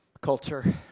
culture